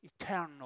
eternal